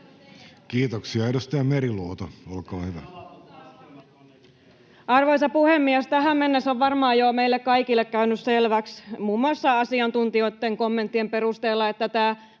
työmarkkinakaaoksesta Time: 15:27 Content: Arvoisa puhemies! Tähän mennessä on varmaan jo meille kaikille käynyt selväksi, muun muassa asiantuntijoitten kommenttien perusteella, että tämä